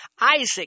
Isaac